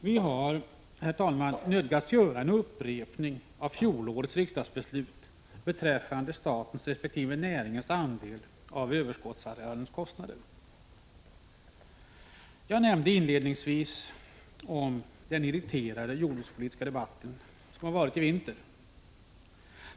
Vi har, herr talman, nödgats göra en upprepning av fjolårets riksdagsbeslut beträffande statens resp. näringens andel av överskottsarealens kostnader. Jag nämnde inledningsvis den irriterade jordbrukspolitiska debatten som fördes i vintras.